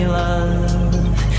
love